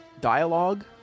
dialogue